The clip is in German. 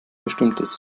bestimmtes